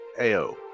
Ao